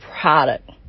product